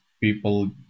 people